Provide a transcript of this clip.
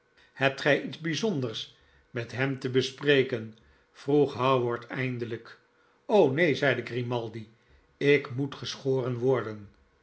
hebt gij iets bijzonders met hem te bespreken vroeg howard eindelijk neen zeide grimaldi ik moet geschoren worden